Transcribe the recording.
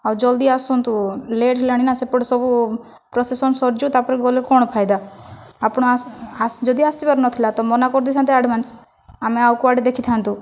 ଆଉ ଜଲଦି ଆସନ୍ତୁ ଲେଟ୍ ହେଲାଣି ନା ସେପଟେ ସବୁ ପ୍ରୋସେସନ୍ ସରିଯିବ ତା'ପରେ ଗଲେ କ'ଣ ଫାଇଦା ଆପଣ ଯଦି ଆସିବାରେ ନଥିଲା ତ' ମନା କରିଦେଇଥାନ୍ତେ ଆଡ଼ଭାନ୍ସ ଆମେ ଆଉ କୁଆଡ଼େ ଦେଖିଥାନ୍ତୁ